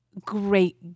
great